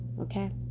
okay